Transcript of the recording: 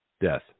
death